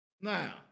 Now